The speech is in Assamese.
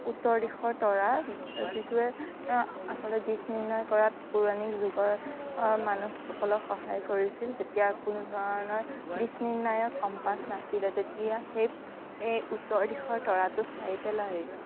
উত্তৰ দিশৰ তৰা যিটোৱে আচলতে দিশ নিৰ্ণয় কৰাত পৌৰাণিক যুগৰ মানুহসকলক সহায় কৰিছিল যেতিয়া কোনো ধৰণৰ দিশ নিৰ্ণায়ক কম্পাছ নাছিলে তেতিয়া সেই এই উত্তৰ দিশৰ তৰাটো চাই পেলাই